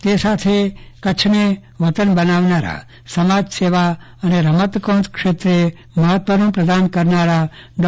તે સાથે કચ્છને વતન બનાવનારાસમાજસેવા અને રમતગમત ક્ષેત્રે પ્રદાન કરનારા ડો